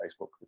Facebook